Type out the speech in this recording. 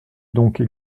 donc